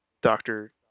doctor